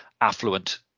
affluent